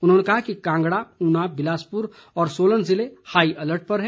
उन्होंने कहा कि कांगड़ा ऊना बिलासपुर और सोलन जिले हाई अलर्ट पर है